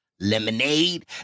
Lemonade